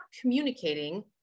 communicating